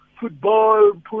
football